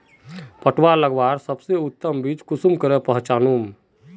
पटुआ लगवार सबसे उत्तम बीज कुंसम करे पहचानूम?